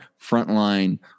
frontline